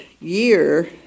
year